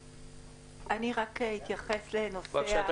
בבקשה.